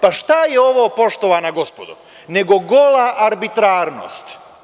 Pa, šta je ovo, poštovana gospodo, nego gola arbitrarnost?